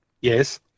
Yes